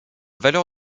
valeur